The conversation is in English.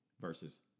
versus